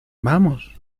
vamos